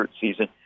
season